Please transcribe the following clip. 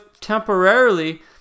temporarily